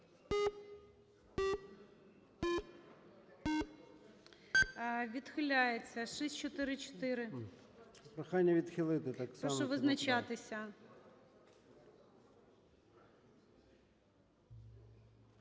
відхиляється. 736-а. Прошу визначатися.